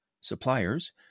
suppliers